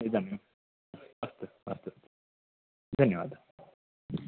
इदानीं अस्तु अस्तु धन्यवादः